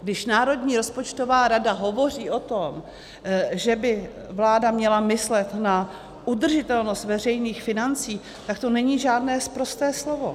Když Národní rozpočtová rada hovoří o tom, že by vláda měla myslet na udržitelnost veřejných financí, tak to není žádné sprosté slovo.